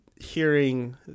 hearing